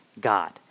god